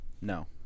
No